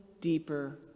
deeper